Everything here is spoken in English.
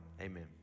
amen